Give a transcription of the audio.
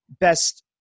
best